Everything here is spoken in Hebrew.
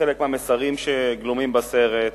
חלק מהמסרים שגלומים בסרט,